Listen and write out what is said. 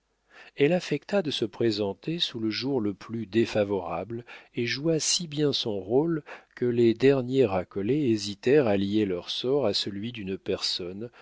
elle affecta de se présenter sous le jour le plus défavorable et joua si bien son rôle que les derniers racolés hésitèrent à lier leur sort à celui d'une personne